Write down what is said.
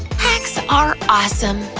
hacks are awesome.